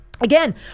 Again